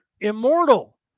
immortal